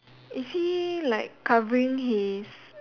is he like covering his